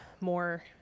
more